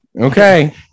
okay